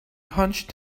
hunched